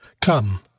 Come